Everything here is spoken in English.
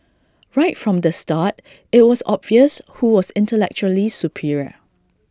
right from the start IT was obvious who was intellectually superior